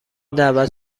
دعوت